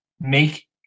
make